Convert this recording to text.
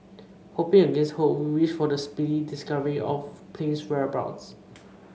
hoping against hope we wish for the speedy discovery of plane's whereabouts